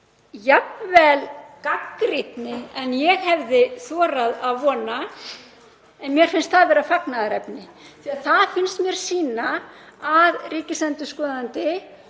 jafnvel gagnrýnni en ég hefði þorað að vona. En mér finnst það vera fagnaðarefni því það finnst mér sýna að ríkisendurskoðandi